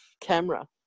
camera